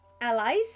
allies